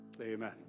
Amen